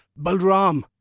balaram!